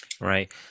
Right